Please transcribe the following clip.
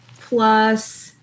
plus